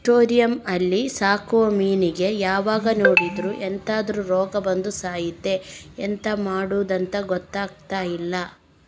aquarium ಅಲ್ಲಿ ಸಾಕುವ ಮೀನಿಗೆ ಯಾವಾಗ ನೋಡಿದ್ರೂ ಎಂತಾದ್ರೂ ರೋಗ ಬಂದು ಸಾಯ್ತದೆ ಎಂತ ಮಾಡುದಂತ ಗೊತ್ತಾಗ್ತಿಲ್ಲ